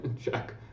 check